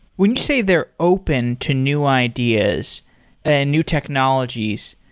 when you say they're open to new ideas and new technologies,